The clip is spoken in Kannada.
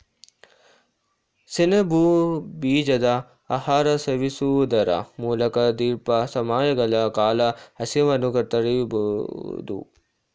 ಸೆಣಬು ಬೀಜದ ಆಹಾರ ಸೇವಿಸುವುದರ ಮೂಲಕ ದೀರ್ಘ ಸಮಯಗಳ ಕಾಲ ಹಸಿವನ್ನು ತಡಿಬೋದು